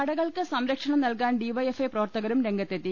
കടകൾക്ക് സംരക്ഷണം നൽകാൻ DYFI പ്രവർത്തകരും രംഗത്തെത്തി